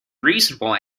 reasonable